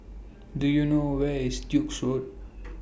Do YOU know Where IS Duke's Road